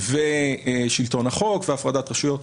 שלטון החוק והפרדת רשויות.